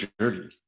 journey